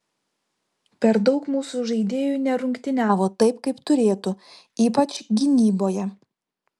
per daug mūsų žaidėjų nerungtyniavo taip kaip turėtų ypač gynyboje